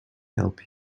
help